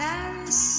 Paris